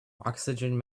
oxygen